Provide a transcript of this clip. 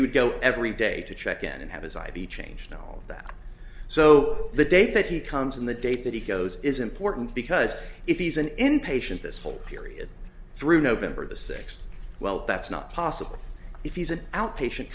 he would go every day to check in and have his i v changed all that so the day that he comes in the date that he goes is important because if he's an inpatient this whole period through november the sixth well that's not possible if he's an outpatient